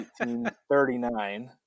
1839